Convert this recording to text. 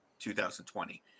2020